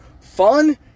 fun